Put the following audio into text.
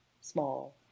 small